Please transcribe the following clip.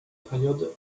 période